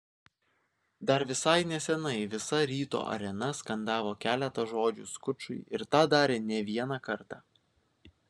dar visai nesenai visa ryto arena skandavo keletą žodžių skučui ir tą darė ne vieną kartą